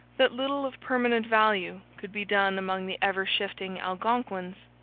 that little of permanent value could be done among the ever-shifting algonquins,